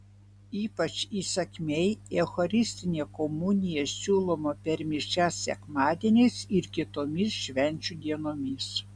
ypač įsakmiai eucharistinė komunija siūloma per mišias sekmadieniais ir kitomis švenčių dienomis